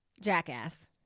Jackass